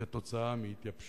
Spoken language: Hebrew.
עקב התייבשות.